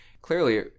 clearly